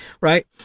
right